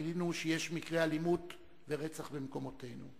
וגילינו שיש מקרי אלימות ורצח במקומותינו.